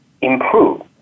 improve